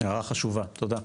הערה חשובה, תודה.